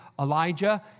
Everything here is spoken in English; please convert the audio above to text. Elijah